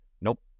nope